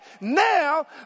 now